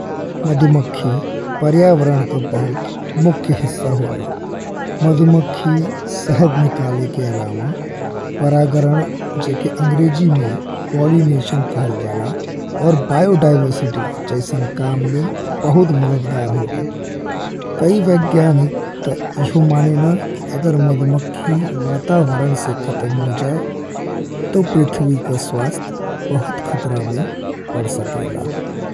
मधुमक्खी पर्यावरण का बहुत मुख्य हिस्सा होली। मधुमक्खी शहद निकालने के अलावा परागण जेके अंग्रेजी में पोलिनेशन कहल जाला। और जैव विविधता जैसन काम में बहुत मददगार होली कइ वैज्ञानिक त ईहो मानेला कि अगर मधुमक्खी वातावरण से खत्म हो जाए ते पृथ्वी का स्वास्थ्य बहुत खतरा में पड़ सकेला।